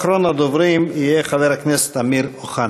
אחרון הדוברים יהיה חבר הכנסת אמיר אוחנה.